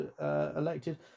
elected